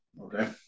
Okay